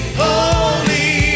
holy